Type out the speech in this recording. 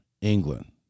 England